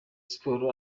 sports